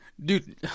Dude